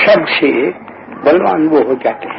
सबसे बलवान वो हो जाते हैं